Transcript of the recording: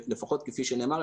לפחות כפי שנאמר,